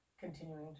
Continuing